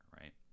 right